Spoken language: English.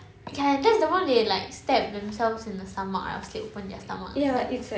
ya that's the one they like stab themselves in the stomach right or slit open their stomach like that